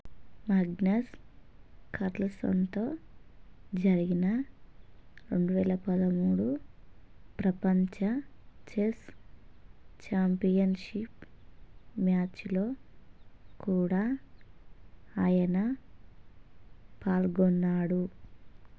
Magnus కార్ల్సన్తో జరిగిన రెండు వేల పదమూడు ప్రపంచ చెస్ ఛాంపియన్షీప్ మ్యాచ్లో కూడా ఆయన పాల్గొన్నాడు